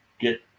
get